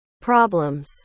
problems